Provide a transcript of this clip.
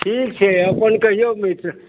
ठीक छै अपन कहियौ मित्र